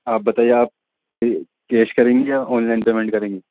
آپ بتائیے آپ کیش کریں گی یا آن لائن پیمنٹ کریں گی